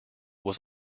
was